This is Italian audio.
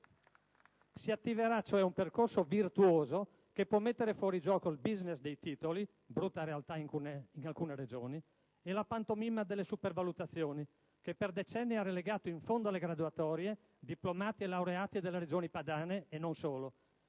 Si attiverà cioè un percorso virtuoso, che può mettere fuori gioco il *business* dei titoli (brutta realtà in alcune Regioni) e la pantomima delle supervalutazioni, che per decenni ha relegato in fondo alle graduatorie diplomati e laureati delle Regioni padane, e non solo,